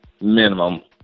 minimum